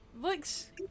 looks